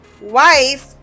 wife